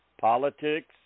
Politics